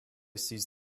sees